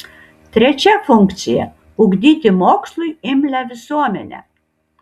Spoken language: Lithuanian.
trečia funkcija ugdyti mokslui imlią visuomenę